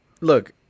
look